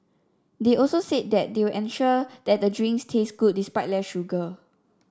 they also said that they will ensure that the drinks taste good despite less sugar